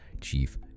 chief